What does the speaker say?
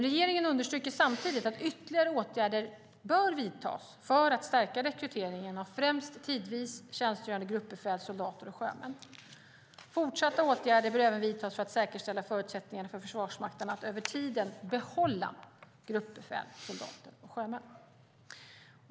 Regeringen understryker samtidigt att ytterligare åtgärder bör vidtas för att stärka rekryteringen av främst tidvis tjänstgörande gruppbefäl, soldater och sjömän. Fortsatta åtgärder bör även vidtas för att säkerställa förutsättningarna för Försvarsmakten att över tiden behålla gruppbefäl, soldater och sjömän.